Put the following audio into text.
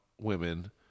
women